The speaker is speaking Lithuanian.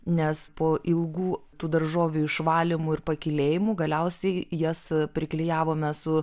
nes po ilgų tų daržovių išvalymų ir pakylėjimų galiausiai jas priklijavome su